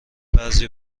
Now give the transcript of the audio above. بعضی